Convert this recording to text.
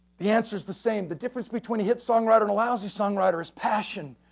the answer is the same. the difference between a hit songwriter and a lousy songwriter is passion,